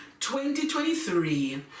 2023